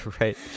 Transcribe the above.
right